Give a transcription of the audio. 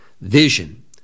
vision